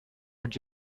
would